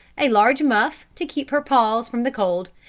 a large muff to keep her paws from the cold,